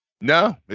No